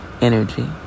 energy